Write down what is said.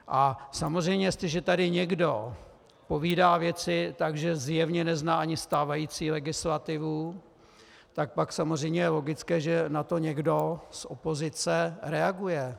A samozřejmě, jestliže tady někdo povídá věci tak, že zjevně nezná ani stávající legislativu, tak pak samozřejmě je logické, že na to někdo z opozice reaguje.